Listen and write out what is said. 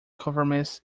conformists